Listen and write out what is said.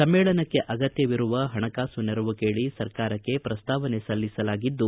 ಸಮ್ಮೇಳನಕ್ಕೆ ಅಗತ್ಯವಿರುವ ಹಣಕಾಸು ನೆರವು ಕೇಳಿ ಸರಕಾರಕ್ಕೆ ಪ್ರಸ್ತಾವನೆ ಸಲ್ಲಿಸಲಾಗಿದ್ದು